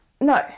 No